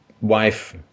wife